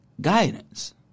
guidance